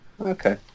Okay